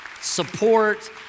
support